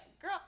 girl